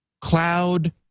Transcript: cloud